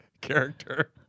character